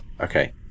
Okay